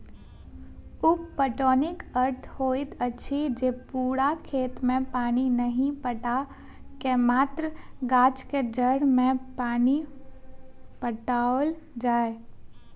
उप पटौनीक अर्थ होइत अछि जे पूरा खेत मे पानि नहि पटा क मात्र गाछक जड़ि मे पानि पटाओल जाय